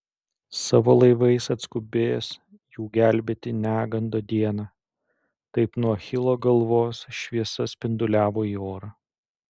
savo laivais atskubės jų gelbėti negando dieną taip nuo achilo galvos šviesa spinduliavo į orą